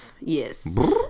Yes